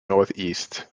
northeast